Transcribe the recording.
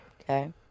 Okay